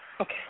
Okay